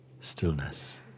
stillness